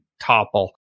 topple